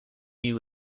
new